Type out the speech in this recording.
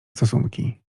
stosunki